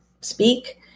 speak